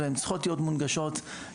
אבל הן צריכות להיות מונגשות למטופלים.